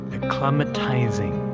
Acclimatizing